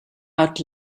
out